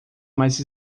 mais